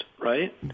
Right